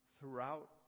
Throughout